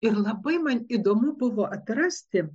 ir labai man įdomu buvo atrasti